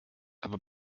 aber